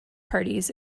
parties